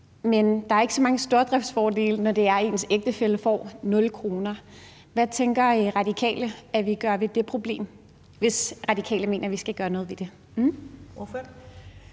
Men der er ikke så mange stordriftsfordele, når det er sådan, at ens ægtefælle får 0 kr. Hvad tænker Radikale at vi gør ved det problem, hvis Radikale mener, at vi skal gøre noget ved det?